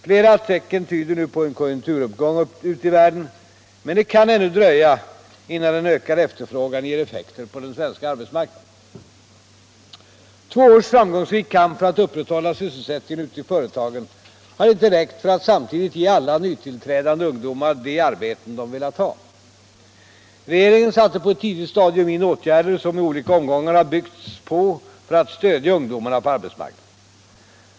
Flera tecken tyder nu på en konjunkturuppgång ute i världen, men det kan ännu dröja innan en ökad efterfrågan ger effekter på den svenska arbetsmarknaden. Två års framgångsrik kamp för att upprätthålla sysselsättningen ute i företagen har inte räckt för att samtidigt ge alla nytillträdande ungdomar de arbeten de velat ha. Regeringen satte på ett tidigt stadium in åtgärder som i olika omgångar har byggts på för att stödja ungdomarna på arbetsmarknaden.